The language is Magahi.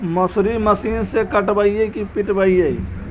मसुरी मशिन से कटइयै कि पिटबै?